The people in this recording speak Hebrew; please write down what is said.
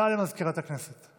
הודעה למזכירת הכנסת.